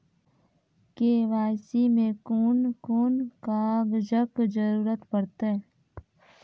KYC मे कून कून कागजक जरूरत परतै?